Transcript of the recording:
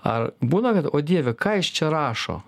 ar būna kad o dieve ką jis čia rašo